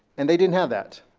and they didn't have that,